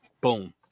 Boom